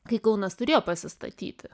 kai kaunas turėjo pasistatyti